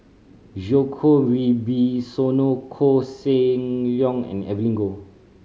Djoko Wibisono Koh Seng Leong and Evelyn Goh